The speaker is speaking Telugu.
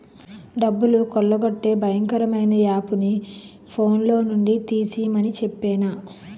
డబ్బులు కొల్లగొట్టే భయంకరమైన యాపుని ఫోన్లో నుండి తీసిమని చెప్పేనా